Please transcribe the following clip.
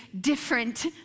different